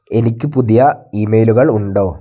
എനിക്ക് പുതിയ ഇമെയിലുകൾ ഉണ്ടോ